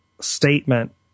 statement